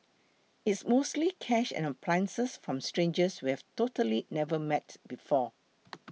it's mostly cash and appliances from strangers we have totally never met before